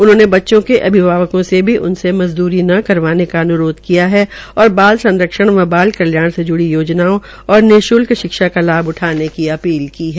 उन्होंने बच्चों के अभिभावकों से भी उनसे मजद्री न करवाने का अन्रोध किया है और बाल संरक्षण व बाल कल्याण से ज्ड़ी योजनाओं और निशुल्क शिक्षा का लाभ उठाने की अपील की है